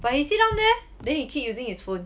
but he sit down there then he keep using his phone